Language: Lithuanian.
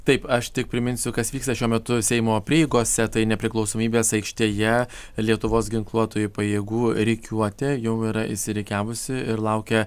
taip aš tik priminsiu kas vyksta šiuo metu seimo prieigose tai nepriklausomybės aikštėje lietuvos ginkluotųjų pajėgų rikiuotė jau yra išsirikiavusi ir laukia